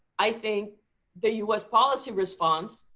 i think the us policy response